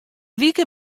wike